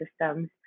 systems